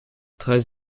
treize